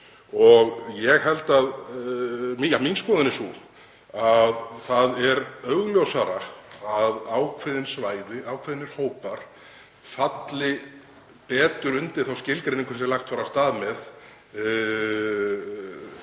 og verndarkerfinu. Mín skoðun er sú að það er augljósara að ákveðin svæði, ákveðnir hópar, falli betur undir þá skilgreiningu sem lagt var af stað með